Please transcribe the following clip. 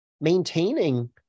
maintaining